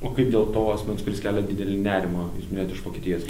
o kaip dėl to asmens kuris kelia didelį nerimą net iš vokietijos